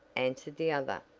answered the other.